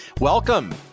Welcome